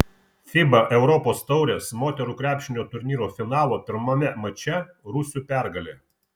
fiba europos taurės moterų krepšinio turnyro finalo pirmame mače rusių pergalė